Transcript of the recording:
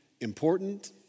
important